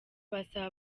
basaba